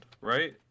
right